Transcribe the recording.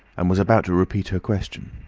and was about to repeat her question.